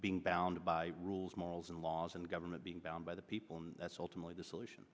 being bound by rules malls and laws and government being bound by the people and that's ultimately the solution